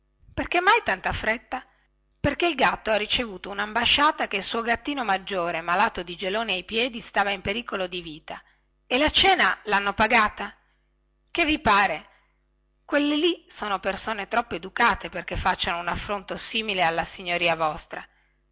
perché mai tanta fretta perché il gatto ha ricevuto unimbasciata che il suo gattino maggiore malato di geloni ai piedi stava in pericolo di vita e la cena lhanno pagata che vi pare quelle lì sono persone troppo educate perché facciano un affronto simile alla signoria vostra